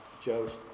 Joe's